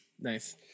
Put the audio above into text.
nice